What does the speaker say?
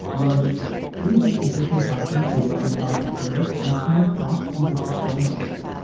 you loved it too. you could take existing customers who love your product or service and turn their thoughts into a testimonial video.